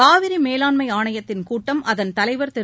காவிரி மேலாண்மை ஆணையத்தின் கூட்டம் அதன் தலைவர் திரு